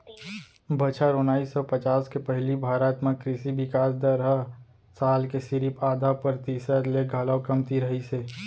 बछर ओनाइस सौ पचास के पहिली भारत म कृसि बिकास दर हर साल के सिरिफ आधा परतिसत ले घलौ कमती रहिस हे